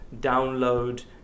download